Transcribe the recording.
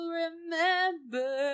remember